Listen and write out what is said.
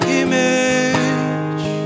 image